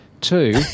Two